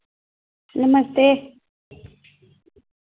नमस्ते